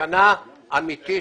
בסכנה אמיתית.